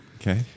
Okay